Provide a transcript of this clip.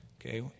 okay